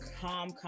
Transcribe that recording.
calm